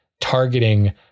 Targeting